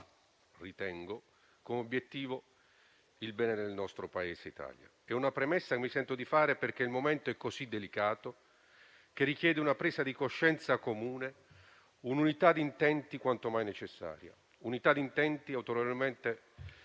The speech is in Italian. abbia come obiettivo il bene del nostro Paese Italia. È una premessa che mi sento di fare perché il momento è così delicato che richiede una presa di coscienza comune, un'unità di intenti quanto mai necessaria e autorevolmente rappresentata